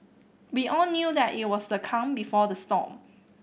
we all knew that it was the calm before the storm